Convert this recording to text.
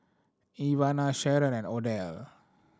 Ivana Sheron and Odell